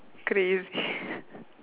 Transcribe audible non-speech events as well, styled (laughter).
crazy (laughs)